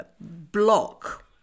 block